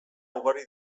ugari